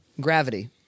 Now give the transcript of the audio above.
Gravity